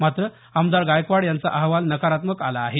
मात्र आमदार गायकवाड यांचा अहवाल नकारात्मक आला आहे